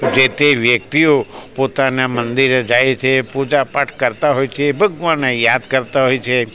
જેથી વ્યક્તિઓ પોતાના મંદિરે જાય છે પૂજાપાઠ કરતા હોય છે ભગવાનને યાદ કરતા હોય છે